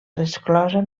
resclosa